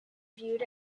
viewed